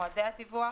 מועדי הדיווח